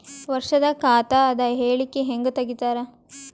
ವರ್ಷದ ಖಾತ ಅದ ಹೇಳಿಕಿ ಹೆಂಗ ತೆಗಿತಾರ?